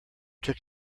took